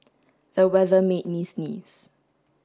the weather made me sneeze